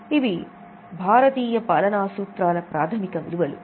ఇప్పుడు ఇవి భారతీయ పాలన సూత్రాల ప్రాథమిక విలువలు